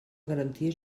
garantia